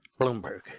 Bloomberg